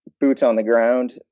boots-on-the-ground